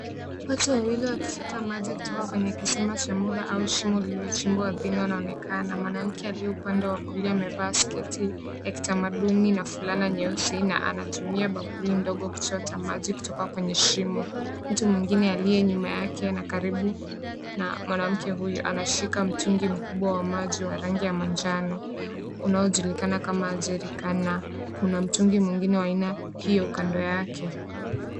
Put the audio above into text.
Watu wawili wakichota maji kutoka kwenye kisima cha muda au shimo lililochimbwa ardhini wanaonekana. Mwanamke aliye upande wa kulia amevaa sketi ya kitamaduni na fulana nyeusi na anatumia bakuli ndogo kuchota maji kutoka kwenye shimo. Mtu mwengine aliye nyuma yake na karibu na mwanamke huyo anashika mtungi mkubwa wa maji wa rangi ya manjano unaojilikana kama jerrycan na kuna mtungi mwengine wa aina hio kando yake.